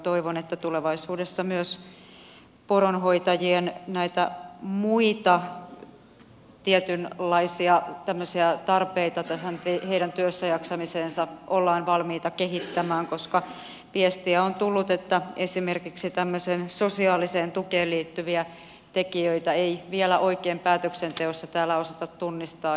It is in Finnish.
toivon että tulevaisuudessa myös poronhoitajien muita tämmöisiä tietynlaisia tarpeita ollaan valmiita ottamaan huomioon ja heidän työssäjaksamistaan kehittämään koska viestiä on tullut että esimerkiksi tämmöiseen sosiaaliseen tukeen liittyviä tekijöitä ei vielä oikein päätöksenteossa täällä osata tunnistaa